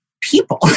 people